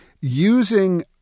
using